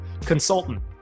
consultant